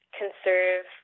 conserve